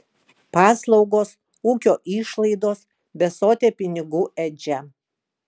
paslaugos ūkio išlaidos besotė pinigų ėdžia